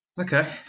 Okay